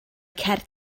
cerdd